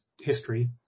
history